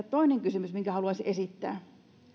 toinen kysymys minkä haluaisin esittää